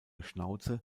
schnauze